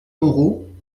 moreau